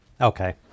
okay